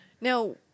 Now